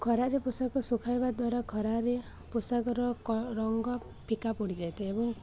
ଖରାରେ ପୋଷାକ ଶୁଖାଇବା ଦ୍ୱାରା ଖରାରେ ପୋଷାକର ରଙ୍ଗ ଫିକା ପଡ଼ିଯାଇଥାଏ ଏବଂ